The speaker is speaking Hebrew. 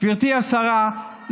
גברתי השרה,